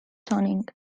tuning